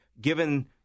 given